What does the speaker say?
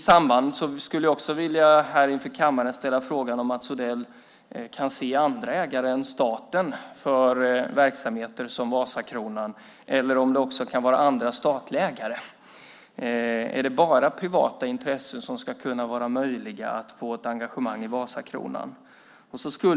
Jag skulle också vilja här inför kammaren ställa frågan om Mats Odell kan se andra ägare än staten för verksamheter som Vasakronan eller om det också kan vara andra statliga ägare. Är det bara privata intressen som kan få ett engagemang i Vasakronan?